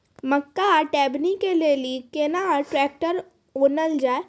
मक्का टेबनी के लेली केना ट्रैक्टर ओनल जाय?